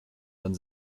dann